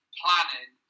planning